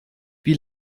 wie